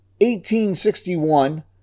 1861